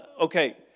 okay